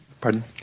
Pardon